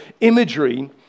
imagery